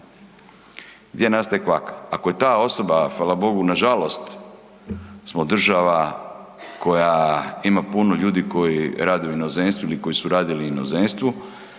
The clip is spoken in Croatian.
Gdje nastaje kvaka? Ako je ta osoba hvala bogu, nažalost smo država koja ima puno ljudi koji rade u inozemstvu ili koji su radili u inozemstvu